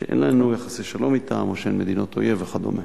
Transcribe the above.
שאין לנו יחסי שלום אתן או שהן מדינות אויב וכדומה.